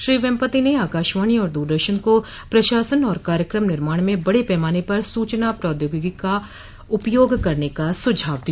श्री वेम्पति ने आकाशवाणी और दूरदर्शन को प्रशासन और कार्यक्रम निर्माण में बड़े पैमाने पर सूचना प्रोद्योगिकी का उपयोग करने का सुझाव दिया